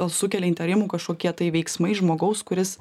gal sukelia įtarimų kažkokie tai veiksmai žmogaus kuris